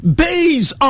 base